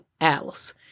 else